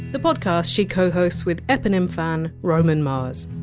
the podcast she cohosts with eponym fan roman mars.